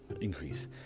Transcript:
increase